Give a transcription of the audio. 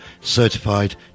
Certified